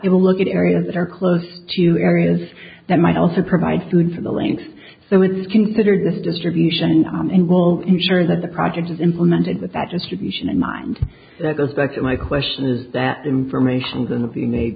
to look at areas that are close to areas that might also provide food for the links so it's considered this distribution and will ensure that the project is implemented with that distribution in mind that goes back to my question is that the information